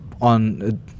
on